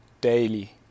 daily